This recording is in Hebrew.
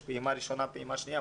יש פעימה ראשונה, פעימה שנייה.